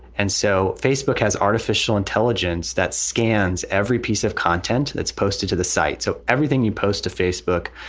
and so facebook has artificial intelligence that scans every piece of content that's posted to the site. so everything you post to facebook,